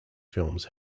films